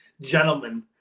gentlemen